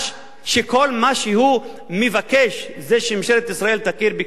שכל מה שהוא מבקש הוא שממשלת ישראל תכיר בקיומו,